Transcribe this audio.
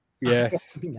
yes